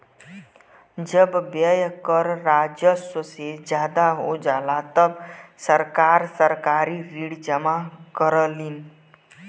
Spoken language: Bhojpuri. जब व्यय कर राजस्व से ज्यादा हो जाला तब सरकार सरकारी ऋण जमा करलीन